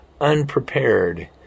unprepared